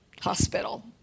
Hospital